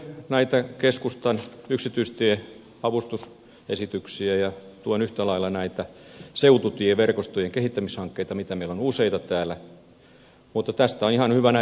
tuen keskustan yksityistieavustusesityksiä ja tuen yhtä lailla näitä seututieverkostojen kehittämishankkeita joita meillä on useita täällä mutta tästä on ihan hyvänä